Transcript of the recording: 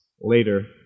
later